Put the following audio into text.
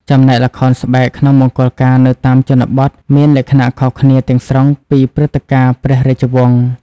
ចំណែកល្ខោនស្បែកក្នុងមង្គលការនៅតាមជនបទមានលក្ខណៈខុសគ្នាទាំងស្រុងពីព្រឹត្តិការណ៍ព្រះរាជវង្ស។